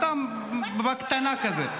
סתם בקטנה כזה.